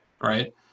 right